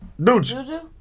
Dooch